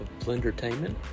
Blendertainment